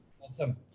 Awesome